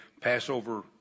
passover